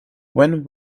when